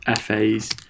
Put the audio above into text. FA's